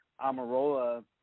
Amarola